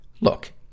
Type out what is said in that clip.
look